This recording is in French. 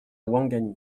ouangani